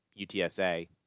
UTSA